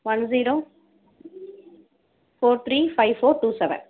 one zero four three five four two seven